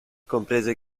comprese